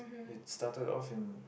it's started often